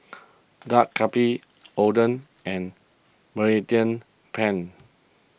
Dak Galbi Oden and Mediterranean Penne